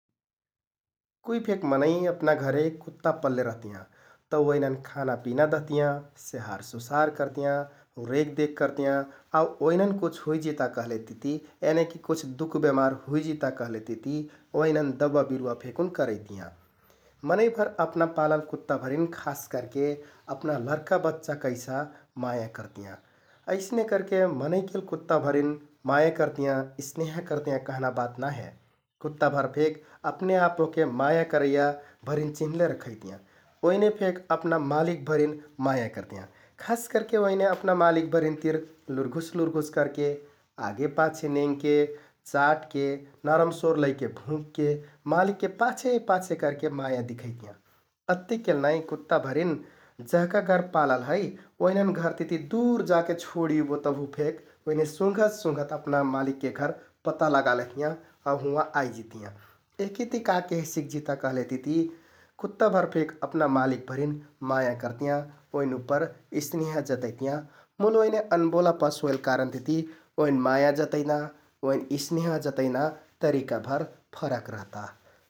कुइ फेक मनैं अपना घरे कुत्‍ता पल्ले रहतियाँ तौ ओइनन खाना, पिना दहतियाँ । स्याहार, सुसार करतियाँ, रेखदेख करतियाँ आउ ओइनन कुछ हुइजिता कहलेतिति यानिकि कुछ दुख बेमार हुइजिता कहलेतिति ओइनन दबा, बिरुवा फेकुन करैतियाँ । मनैंभर अपना पालल कुत्‍ता भरिन खास करके अपना लरका, बच्चा कैसा माया करतियाँ । अइसने करके मनैंकेल कुत्‍ताभरिन माया करतियाँ, स्‍नेह करतियाँ कहना बात नाइ हे । कुत्‍ताभर फेक अपना अपने आप ओहके माया करैया भरिन चिन्हले रखैतियाँ, ओइने फेक अपना मालिकभरिन माया करतियाँ । खास करके ओइने अपना मालिकभरिन तिर लुरघुस, लुरघुस करके, आगे पाछे नेंगके, चाटके नरम स्वर लैके भुँकके मालिकके पाछे पाछे करके माया दिखैतियाँ । अत्तेकेल नाइ कुत्‍ताभरिन जेहका घर पालल है ओइनन घरतिति दुर जाके छोड इबो तभु फेक ओइने सुँघत सुँघत अपना मालिकके घर पता लगा लेहतियाँ आउ हुँवाँ आइजितियाँ । यहके ति का कहे सिक्जिता कहलेति कुत्‍ताभर फेक अपना मालिकभरिन माया करतियाँ, ओइन उप्पर स्‍नेह जतैतियाँ मुल ओइने अनबोला पस होइल कारण तिति ओइन माया जतैना, ओइन स्‍नेह जतैना तरिकाभर फरक रहता ।